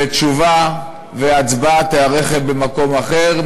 ותשובה והצבעה יהיו במקום אחר,